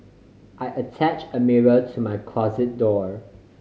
I attach a mirror to my closet door